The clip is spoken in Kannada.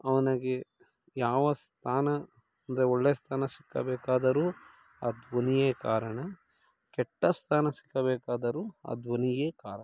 ಅವನಿಗೆ ಯಾವ ಸ್ಥಾನ ಅಂದರೆ ಒಳ್ಳೆಯ ಸ್ಥಾನ ಸಿಕ್ಕಬೇಕಾದರೂ ಆ ಧ್ವನಿಯೇ ಕಾರಣ ಕೆಟ್ಟ ಸ್ಥಾನ ಸಿಕ್ಕಬೇಕಾದರೂ ಆ ಧ್ವನಿಯೇ ಕಾರಣ